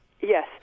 Yes